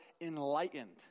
enlightened